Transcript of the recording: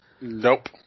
Nope